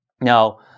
Now